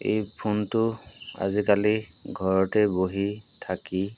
এই ফোনটো আজিকালি ঘৰতে বহি থাকি